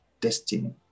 destiny